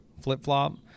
flip-flop